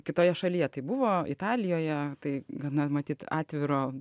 kitoje šalyje tai buvo italijoje tai gana matyt atviro